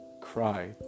cry